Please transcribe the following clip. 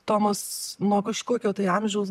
tomas nuo kažkokio tai amžiaus